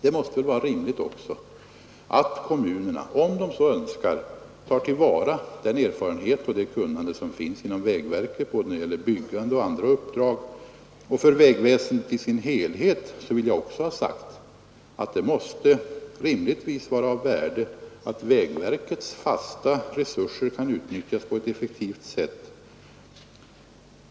Det måste väl också vara rimligt att kommunerna om de så önskar tar till vara den erfarenhet och det kunnande som finns inom vägverket när det gäller både byggande och andra uppdrag. Jag vill också ha sagt att för vägväsendet i dess helhet måste det rimligtvis vara av värde att vägverkets fasta resurser kan utnyttjas på ett effektivt sätt.